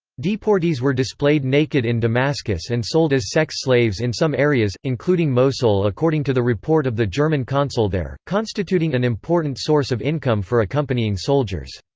deportees were displayed naked in damascus and sold as sex slaves in some areas, including mosul according to the report of the german consul there, constituting an important source of income for accompanying soldiers.